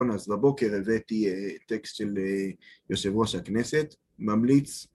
אז בבוקר הבאתי טקסט של יושב ראש הכנסת, ממליץ.